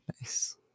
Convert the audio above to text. Nice